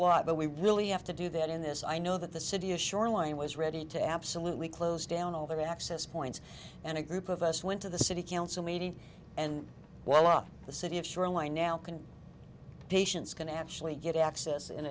lot but we really have to do that in this i know that the city of shoreline was ready to absolutely close down over access points and a group of us went to the city council meeting and while on the city of shoreline now can patients can actually get access in